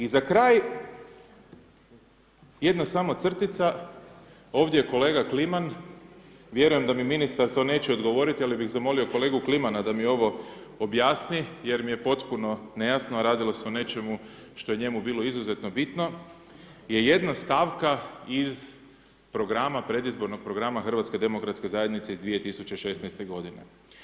I za kraj, jedna samo crtica, ovdje je kolega Kliman, vjerujem da mi ministar to neće odgovoriti ali bih zamolio kolegu Klimana da mi ovo objasni, jer mi je potpuno nejasno, a radilo se o nečemu što je njemu bilo izuzetno bitno, je jedna stavka iz programa, predizbornog programa Hrvatske demokratske zajednice, iz 2016. godine.